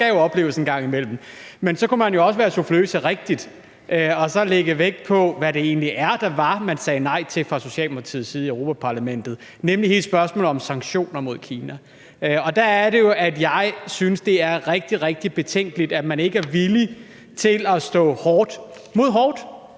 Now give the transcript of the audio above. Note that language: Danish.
noget skal jo opleves en gang imellem. Men så kunne man jo også være suffløse rigtigt og lægge vægt på, hvad det egentlig var, man sagde nej til fra Socialdemokratiets side i Europa-Parlamentet, nemlig hele spørgsmålet om sanktioner mod Kina. Der er det jo, at jeg synes, det er rigtig, rigtig betænkeligt, at man ikke er villig til at sætte hårdt mod hårdt.